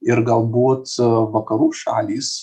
ir galbūt vakarų šalys